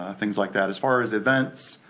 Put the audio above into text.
things like that. as far as events,